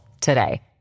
today